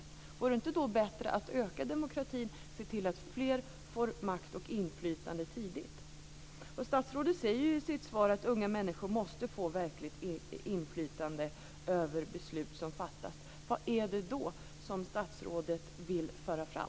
Vore det inte då bättre att öka demokratin och se till att fler får makt och inflytande tidigt? Statsrådet säger ju i sitt svar att unga människor måste få verkligt inflytande över beslut som fattas. Vad är det då som statsrådet vill föra fram?